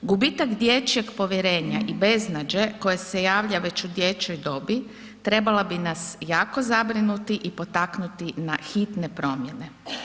Gubitak dječjeg povjerenja i beznađe koje se javlja već u dječjoj dobi trebala bi nas jako zabrinuti i potaknuti na hitne promjene.